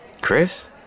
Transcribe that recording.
Chris